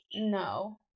no